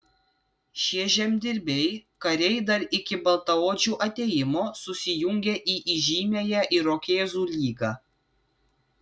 šie žemdirbiai kariai dar iki baltaodžių atėjimo susijungė į įžymiąją irokėzų lygą